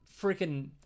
freaking